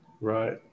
Right